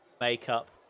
makeup